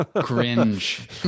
Cringe